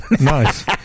Nice